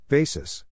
Basis